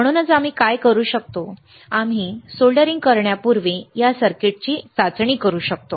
म्हणूनच आम्ही काय करू शकतो आम्ही सोल्डरिंग करण्यापूर्वी या सर्किटची चाचणी करू शकतो